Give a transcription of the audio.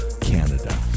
canada